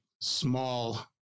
small